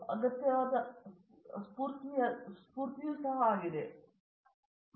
ಅಗತ್ಯವಾದ ಸ್ಫೂರ್ತಿಯಾದಲ್ಲಿ ಅವುಗಳು ಯಾವುದಾದರೂ ವಿಷಯಕ್ಕೆ ಸುಲಭವಾಗಿ ಹೊಂದಿಕೊಳ್ಳಬಹುದು